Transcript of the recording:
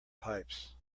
pipes